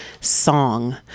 song